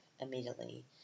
immediately